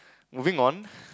moving on